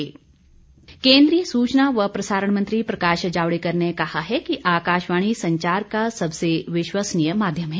जावडेकर केन्द्रीय सूचना और प्रसारण मंत्री प्रकाश जावड़ेकर ने कहा है कि आकाशवाणी संचार का सबसे विश्वसनीय माध्यम है